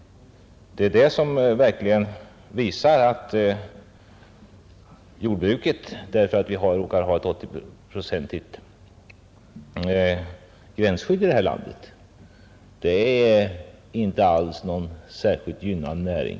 De visar verkligen att jordbruket som sådant bara därför att vi råkar ha ett 80-procentigt gränsskydd i vårt land inte alls är någon särskilt gynnad näring.